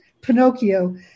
Pinocchio